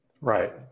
right